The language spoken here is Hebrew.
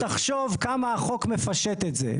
תחשוב כמה החוק מפשט את זה.